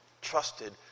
trusted